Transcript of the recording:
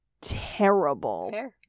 terrible